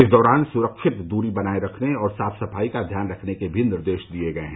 इस दौरान सुरिक्षत दूरी बनाये रखने और साफ सफाई का ध्यान रखने के भी निर्देश दिए गए हैं